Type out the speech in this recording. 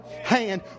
hand